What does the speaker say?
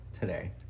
today